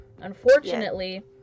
unfortunately